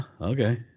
okay